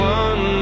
one